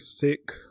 thick